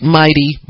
mighty